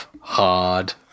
Hard